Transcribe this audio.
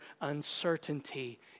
uncertainty